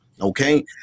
Okay